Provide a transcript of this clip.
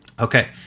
Okay